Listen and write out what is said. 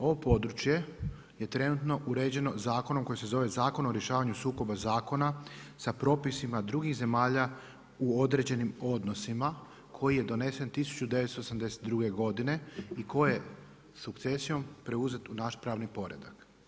Ovo područje je trenutno uređeno zakonom koji se Zakon o rješavanju sukobom zakona sa propisima drugih zemalja u određenim odnosima, koji je donesen 1982. godine i koje sukcesijom preuzet u naš pravni poredak.